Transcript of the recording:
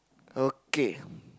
okay